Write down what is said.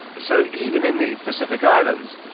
so even in the pacific islands,